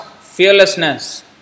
fearlessness